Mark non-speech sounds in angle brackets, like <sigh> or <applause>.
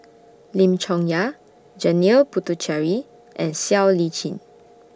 <noise> Lim Chong Yah Janil Puthucheary and Siow Lee Chin